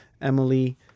Emily